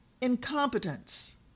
incompetence